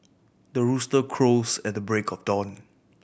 the rooster crows at the break of dawn